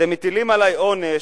אתם מטילים עלי עונש,